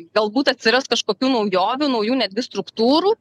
galbūt atsiras kažkokių naujovių naujų netgi struktūrų